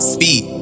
Speed